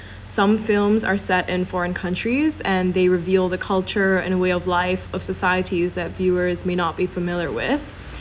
some films are set in foreign countries and they reveal the culture and the way of life of societies that viewers may not be familiar with